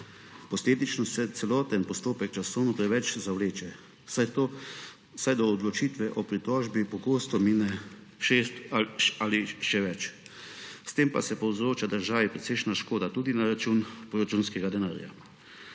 Posledično se celoten postopek časovno preveč zavleče, saj do odločitve o pritožbi pogosto mine 6 ali še več mesecev, s tem pa se povzroča državi precejšnja škoda tudi na račun proračunskega denarja.